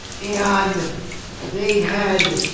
and they had,